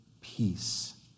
peace